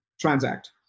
transact